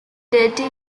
dirty